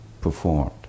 performed